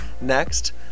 next